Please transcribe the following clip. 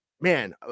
man